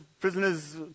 prisoners